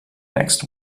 next